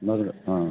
मा बेलाय ओं